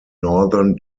northern